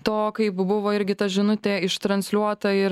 to kai buvau va irgi ta žinutė ištransliuota ir